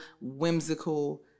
whimsical